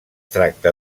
tracta